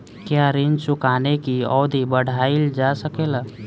क्या ऋण चुकाने की अवधि बढ़ाईल जा सकेला?